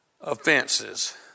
offenses